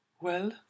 Well